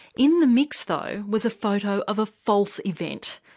in the mix, though, was a photo of a false event,